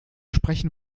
sprechen